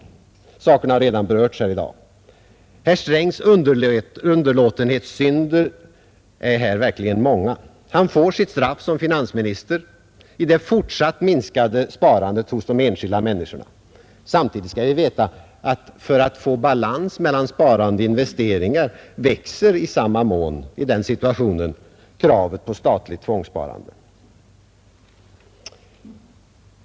Den saken har redan berörts här i dag. Herr Strängs underlåtenhetssynder är här verkligen många. Han får sitt straff som finansminister i det fortsatt minskade sparandet hos de enskilda människorna. För att få balans mellan sparande och investeringar — det skall vi samtidigt veta — växer i den situationen kravet på statligt tvångssparande.